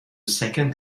second